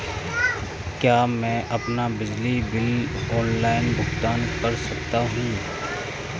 क्या मैं अपना बिजली बिल ऑनलाइन भुगतान कर सकता हूँ?